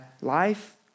life